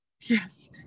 Yes